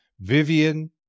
Vivian